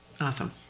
awesome